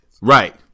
right